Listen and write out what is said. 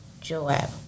Joab